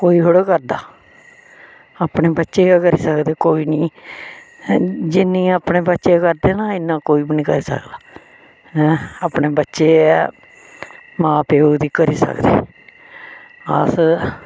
कोई थोह्ड़ा करदा अपने बच्चे गै करी सकदे कोई निं जि'न्ने अपने बच्चे करदे ना इ'न्ना कोई बी निं करी सकदा अपने बच्चे गै मां प्योऽ दी करी सकदे अस